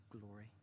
glory